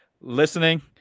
listening